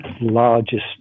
largest